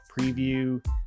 preview